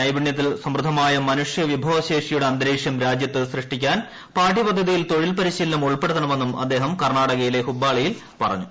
നൈപുണ്യത്താൽ സമൃദ്ധമായ മനുഷ്യവിഭവശേഷിയുടെ അന്തരീക്ഷം രാജ്യത്ത് സൃഷ്ടിക്കാൻ പാഠ്യപദ്ധതിയിൽ തൊഴിൽ പരിശീലനം ഉൾപ്പെടുത്തണമെന്നും അദ്ദേഹം കർണാടകയിലെ ഹുബ്ബാലിയിൽ പറഞ്ഞു